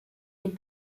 dem